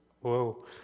Whoa